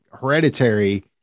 Hereditary